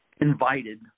invited